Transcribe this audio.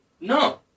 No